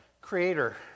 Creator